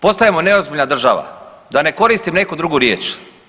Postajemo neozbiljna država da ne koristim neku drugu riječ.